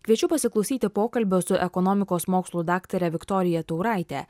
kviečiu pasiklausyti pokalbio su ekonomikos mokslų daktare viktorija tauraite